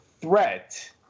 threat